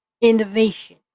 innovation